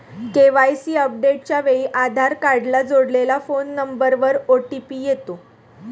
KYC अपडेटच्या वेळी आधार कार्डला जोडलेल्या फोन नंबरवर ओ.टी.पी येतो